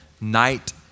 night